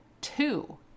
two